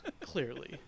clearly